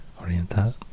Oriental